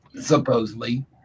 Supposedly